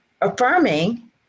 affirming